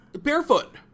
barefoot